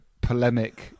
polemic